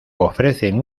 ofrecen